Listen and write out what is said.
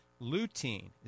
lutein